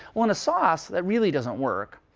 well, in a sauce, that really doesn't work.